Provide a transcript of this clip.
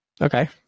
Okay